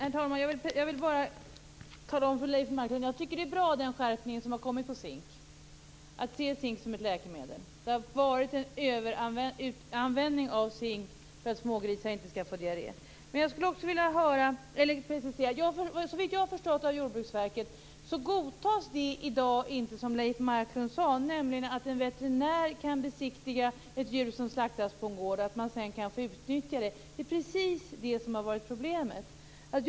Herr talman! Jag vill bara tala om för Leif Marklund att jag tycker att det är bra med den skärpning som har kommit i fråga om zink; att se zink som ett läkemedel. Det har varit en överanvändning av zink för att smågrisar inte skall få diarré. Jag skulle också vilja få en precisering. Såvitt jag har förstått av Jordbruksverket så godtas i dag inte det som Leif Marklund nämnde, alltså att en veterinär kan besiktiga ett djur som har slaktats på en gård och att man sedan kan få utnyttja det. Det är precis det som har varit problemet.